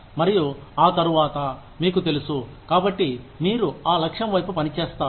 మరియు ఆ తరువాత మీకు తెలుసు కాబట్టి మీరు ఆ లక్ష్యం వైపు పనిచేస్తారు